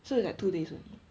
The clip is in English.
so we like two days only